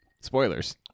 Spoilers